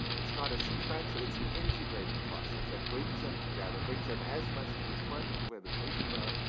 it's not a sequential. it's an integrated process that and brings them together, brings them as much to the front, to where the patients are,